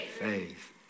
faith